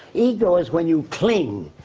ego is when you cling.